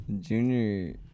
junior